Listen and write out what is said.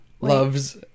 loves